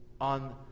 on